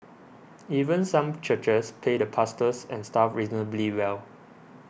even some churches pay the pastors and staff reasonably well